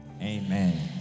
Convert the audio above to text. Amen